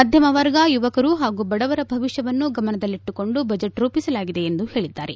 ಮಧ್ಚಮ ವರ್ಗ ಯುವಕರು ಹಾಗೂ ಬಡವರ ಭವಿಷ್ಯವನ್ನು ಗಮನದಲ್ಲಿಟ್ಟುಕೊಂಡು ಬಜೆಟ್ ರೂಪಿಸಲಾಗಿದೆ ಎಂದು ಹೇಳಿದ್ದಾರೆ